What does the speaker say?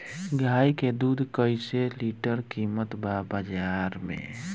गाय के दूध कइसे लीटर कीमत बा बाज़ार मे?